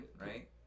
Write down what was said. right